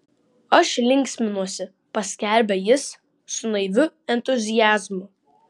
aš linksminuosi paskelbė jis su naiviu entuziazmu